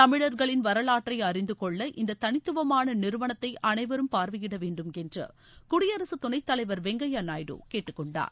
தமிழர்களின் வரலாற்றை அறிந்துகொள்ள இந்த தளித்துவமான நிறுவனத்தை அனைவரும் பார்வையிட வேண்டும் என்று குடியரசு துணைத் தலைவர் வெங்கய்யா நாயுடு கேட்டுக்கொண்டார்